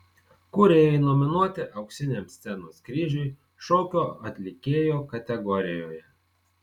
kūrėjai nominuoti auksiniam scenos kryžiui šokio atlikėjo kategorijoje